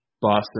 Boston